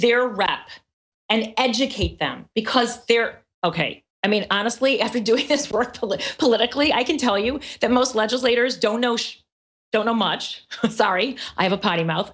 their rap and educate them because they're ok i mean honestly after doing this worthless politically i can tell you that most legislators don't know don't know much sorry i have a potty mouth